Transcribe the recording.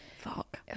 fuck